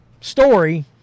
story